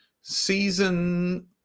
season